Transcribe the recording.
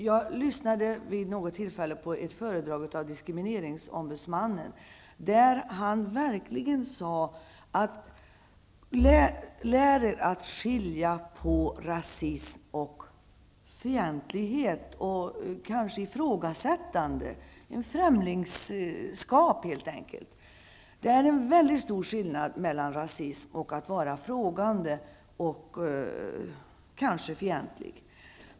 Jag lyssnade vid något tillfälle på ett föredrag av diskrimineringsombudsmannen, där han verkligen ville inskärpa: Lär er att skilja mellan rasism och fientlighet och kanske ifrågasättande, ett främlingskap helt enkelt. Det är väldigt stor skillnad mellan rasism och att vara frågande och kanske fientlig.